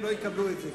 הם לא יקבלו את זה,